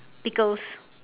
pickles